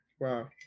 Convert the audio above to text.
Wow